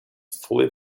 fully